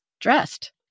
dressed